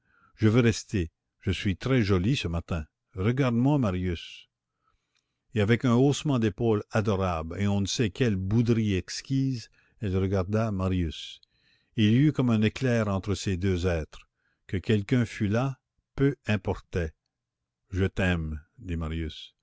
je veux rester je suis très jolie ce matin regarde-moi marius et avec un haussement d'épaules adorable et on ne sait quelle bouderie exquise elle regarda marius il y eut comme un éclair entre ces deux êtres que quelqu'un fût là peu importait je t'aime dit marius